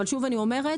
אבל שוב אני אומרת,